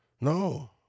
No